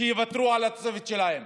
שייוותרו על התוספת שלהם,